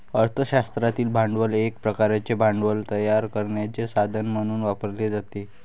अर्थ शास्त्रातील भांडवल एक प्रकारचे भांडवल तयार करण्याचे साधन म्हणून वापरले जाते